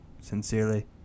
sincerely